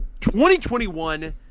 2021